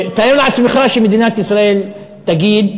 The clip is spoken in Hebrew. תאר לעצמך שמדינת ישראל תגיד,